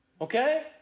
okay